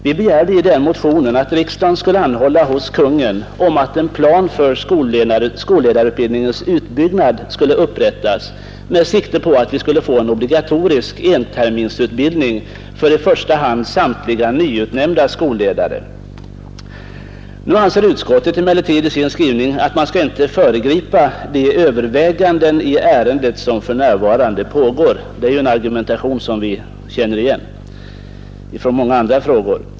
Vi begärde i den motionen att riksdagen skulle anhålla hos Kungl. Maj:t ”att en plan för utbyggnad av skolledarutbildningen upprättas med sikte på en obligatorisk enterminsutbildning för i första hand samtliga nyutnämnda skolledare”. Nu anser utskottet emellertid i sin skrivning att man inte bör föregripa de överväganden i ärendet som pågår. Det är ju en argumentation som vi känner igen från många andra frågor.